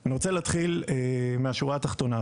אני רוצה להתחיל מהשורה התחתונה.